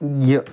یہِ